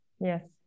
Yes